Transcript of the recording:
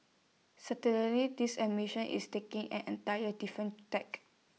certainly this admition is taking an entire different tack